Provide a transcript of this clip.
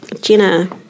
Jenna